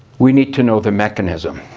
we need to know the mechanism.